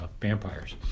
vampires